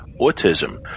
autism